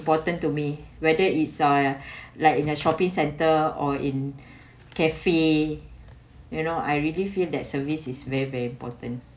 important to me whether is uh like in a shopping center or in cafe you know I really feel that service is very very important